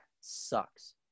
sucks